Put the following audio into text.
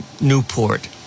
Newport